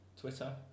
Twitter